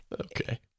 Okay